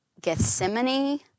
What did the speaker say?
Gethsemane